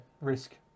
Risk